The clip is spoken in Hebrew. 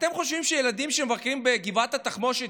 אתם חושבים שילדים שמבקרים בגבעת התחמושת